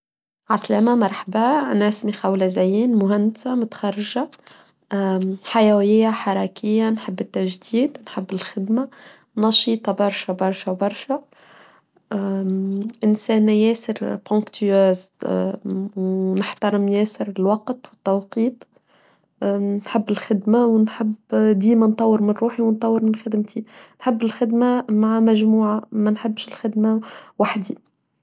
عسلامة مرحبا أنا اسمي خاولة زين مهندسة متخرجة حيوية حركية نحب التجديد نحب الخدمة نشيطة برشا برشا برشا إنسانه ياسر بنكتواز نحترم ياسر الوقت والتوقيت نحب الخدمة ونحب ديما نطور من روحي ونطور من خدمتي نحب الخدمة مع مجموعة ما نحبش الخدمة وحدي.